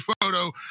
photo